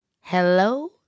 Hello